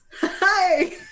Hi